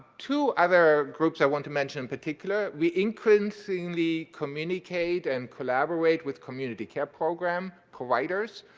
two other groups i want to mention in particular we increasingly communicate and collaborate with community care program providers.